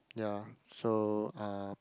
ya so uh